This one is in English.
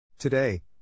Today